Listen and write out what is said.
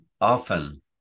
often